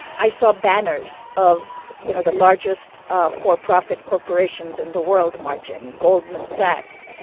i saw banners of you know the largest ah for-profit corporations in the world marching goldman sachs,